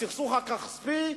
הסכסוך הכספי,